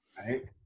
right